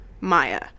Maya